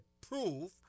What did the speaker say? proof